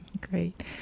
Great